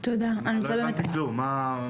אני לא הבנתי כלום, מה?